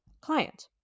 client